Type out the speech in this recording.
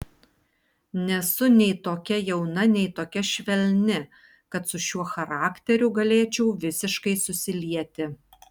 nesu nei tokia jauna nei tokia švelni kad su šiuo charakteriu galėčiau visiškai susilieti